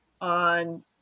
on